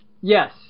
Yes